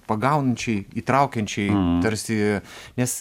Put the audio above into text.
pagaunančiai įtraukiančiai tarsi nes